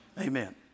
Amen